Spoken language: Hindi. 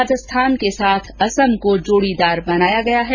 राजस्थान के साथ असम को जोडीदार बनाया गया है